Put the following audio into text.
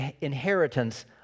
inheritance